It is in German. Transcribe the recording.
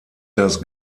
das